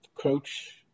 coach